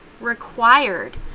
required